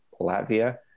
Latvia